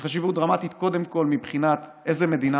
היא חשיבות דרמטית קודם כול מבחינת איזו מדינה